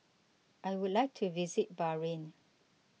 I would like to visit Bahrain